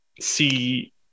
see